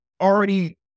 already